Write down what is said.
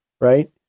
right